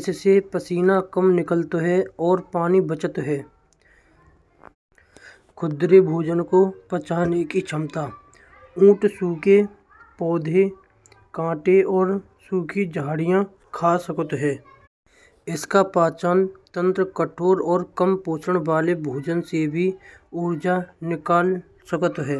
इसका पसीना कम निकलता है और पानी बचाता है। कुदरी भोजन को पचाने की क्षमता। ऊंट सुखे पौधे कांटे और सुखी झाड़ियों को खा सकते हैं। इसका पाचन तंत्र कड़वा और कम पोषण वाले भोजन से भी ऊर्जा निकाल सकती है।